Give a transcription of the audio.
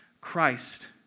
Christ